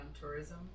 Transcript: tourism